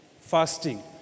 fasting